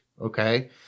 Okay